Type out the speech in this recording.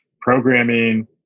programming